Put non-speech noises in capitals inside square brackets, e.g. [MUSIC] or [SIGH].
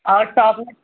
और [UNINTELLIGIBLE]